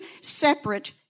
separate